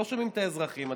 לא שומעים את האזרחים,